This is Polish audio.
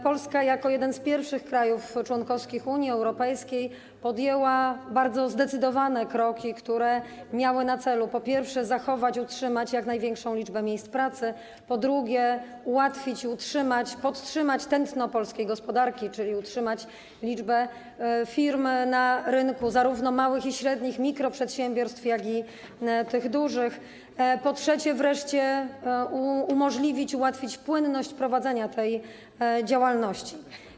Polska jako jeden z pierwszych krajów członkowskich Unii Europejskiej podjęła bardzo zdecydowane kroki, które miały na celu, po pierwsze, zachować, utrzymać jak największą liczbę miejsc pracy, po drugie, ułatwić i utrzymać, podtrzymać tętno polskiej gospodarki, czyli utrzymać liczbę firm na rynku, zarówno małych i średnich, mikroprzedsiębiorstw, jak i tych dużych, po trzecie, umożliwić, ułatwić płynność prowadzenia tej działalności.